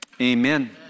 amen